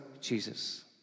Jesus